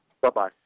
Bye-bye